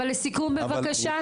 אבל לסיכום בבקשה.